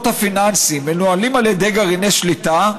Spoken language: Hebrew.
הפיננסיים מנוהלים על ידי גרעיני שליטה,